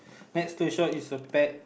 next to shop is a pet